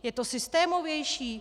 Je to systémovější?